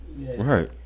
Right